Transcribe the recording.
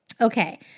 Okay